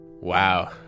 Wow